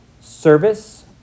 service